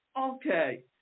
Okay